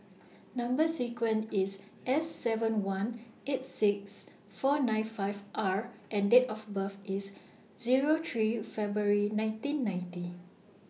Number sequence IS S seven one eight six four nine five R and Date of birth IS Zero three February nineteen ninety